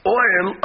oil